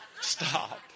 Stop